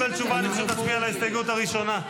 אצטרך להצביע על ההסתייגות הראשונה.